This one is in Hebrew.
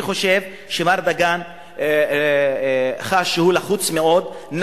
אני חושב שמר דגן חש שהוא לחוץ מאוד,